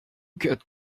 get